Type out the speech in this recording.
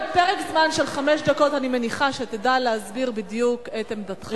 בפרק זמן של חמש דקות אני מניחה שתדע להסביר בדיוק את עמדתך.